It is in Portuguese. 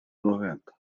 noventa